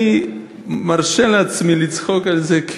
אני מרשה לעצמי לצחוק על זה,